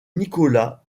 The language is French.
nicolas